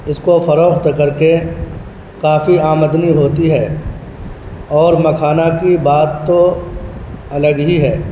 اس کو فروخت کر کے کافی آمدنی ہوتی ہے اور مکھانا کی بات تو الگ ہی ہے